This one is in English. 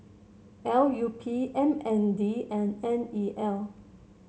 L U P M N D and N E L